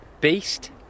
beast